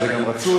וזה גם רצוי.